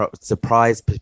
surprise